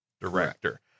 director